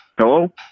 Hello